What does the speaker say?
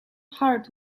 heart